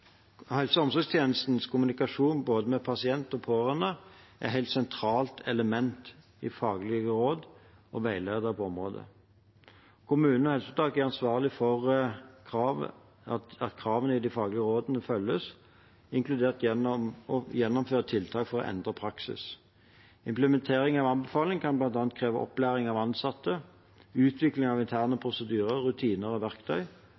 omsorgstjenestens kommunikasjon med både pasient og pårørende er helt sentrale elementer i faglige råd og veiledere på området. Kommuner og helseforetak er ansvarlige for at kravene i de faglige rådene følges, inkludert å gjennomføre tiltak for å endre praksis. Implementering av anbefalingene kan bl.a. kreve opplæring av ansatte, utvikling av interne prosedyrer, rutiner og verktøy,